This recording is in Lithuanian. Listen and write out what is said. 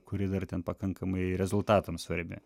kuri dar ten pakankamai rezultatams svarbi